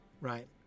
Right